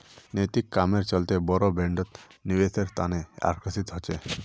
नैतिक कामेर चलते बोरो ब्रैंड निवेशेर तने आकर्षित ह छेक